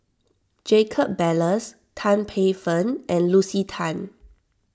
Jacob Ballas Tan Paey Fern and Lucy Tan